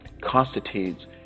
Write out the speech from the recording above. constitutes